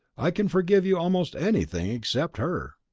i can forgive you almost anything except her!